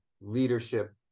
leadership